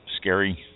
scary